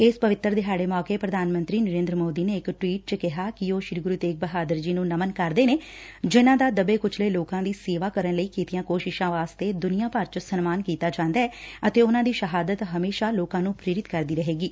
ਇਸ ਪਵਿੱਤਰ ਦਿਹਾੜੇ ਮੌਕੇ ਪ੍ਰਧਾਨ ਮੰਤਰੀ ਨਰੇਦਰ ਮੌਦੀ ਨੇ ਇਕ ਟਵੀਟ ਚ ਕਿਹਾ ਕਿ ਉਹ ਸ੍ਰੀ ਗੁਰੂ ਤੇਗ ਬਹਾਦਰ ਜੀ ਨੂੰ ਨਮਨ ਕਰਦੇ ਨੇ ਜਿਨ੍ਹਾਂ ਦਾ ਦਬੇ ਕੁਚਲੇ ਲੋਕਾਂ ਦੀ ਸੇਵਾ ਕਰਨ ਲਈ ਕੀਤੀਆਂ ਕੋਸ਼ਿਸ਼ਾਂ ਵਾਸਤੇ ਦੁਨੀਆਂ ਭਰ ਚ ਸਨਮਾਨ ਕੀਤਾ ਜਾਂਦੈ ਅਤੇ ਉਨੂਾਂ ਦੀ ਸ਼ਹਾਦਤ ਹਮੇਸ਼ਾ ਲੋਕਾਂ ਨੂੰ ਪ੍ਰੇਰਿਤ ਕਰਦੀ ਰਹੇਗੀ